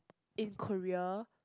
in Korea